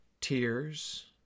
Tears